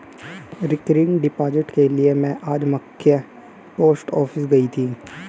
recurring deposit के लिए में आज मख्य पोस्ट ऑफिस गयी थी